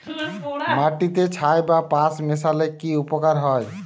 মাটিতে ছাই বা পাঁশ মিশালে কি উপকার হয়?